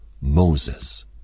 Moses